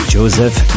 Joseph